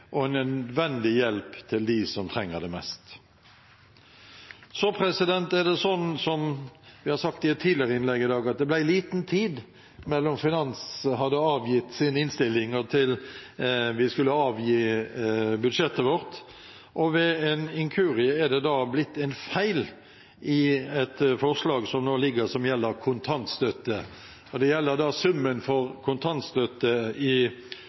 en nødvendig hjelp til dem som trenger det mest. Så er det, som vi har sagt i et tidligere innlegg i dag, slik at det ble liten tid fra finanskomiteen hadde avgitt sin innstilling, til vi skulle avgi budsjettet vårt. Ved en inkurie er det da blitt en feil i et forslag som nå foreligger, som gjelder kontantstøtte. Det gjelder summen for kontantstøtte i